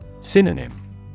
Synonym